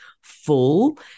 full